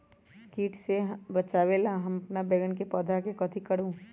किट से बचावला हम अपन बैंगन के पौधा के कथी करू?